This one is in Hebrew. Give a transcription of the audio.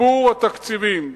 תגבור התקציבים,